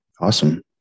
Awesome